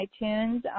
iTunes